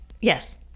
Yes